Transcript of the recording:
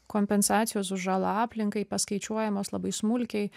kompensacijos už žalą aplinkai paskaičiuojamos labai smulkiai